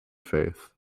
faith